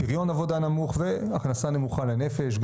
פריון עבודה נמוך והכנסה נמוכה לנפש.